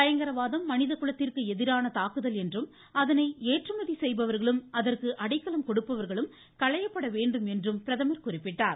பயங்கரவாதம் மனிதகுலத்திற்கு எதிரான தாக்குதல் என்றும் அதனை ஏற்றுமதி செய்பவர்களும் அதற்கு அடைக்கலம் கொடுப்பவர்களும் களையப்பட வேண்டும் என்று பிரதமர் குறிப்பிட்டார்